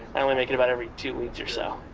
i only make it about every two weeks or so.